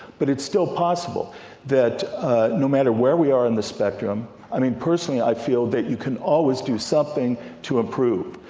but it's still possible that no matter where we are in the spectrum i mean personally i feel that you can always do something to improve,